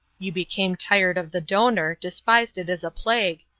you became tired of the donor, despised it as a plague,